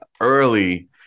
early